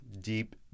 Deep